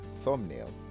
thumbnail